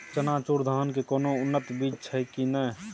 चननचूर धान के कोनो उन्नत बीज छै कि नय?